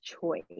choice